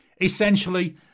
Essentially